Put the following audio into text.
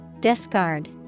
Discard